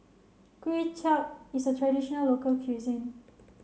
Kuay Chap is a traditional local cuisine